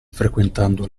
frequentando